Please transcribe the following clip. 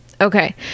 Okay